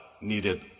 needed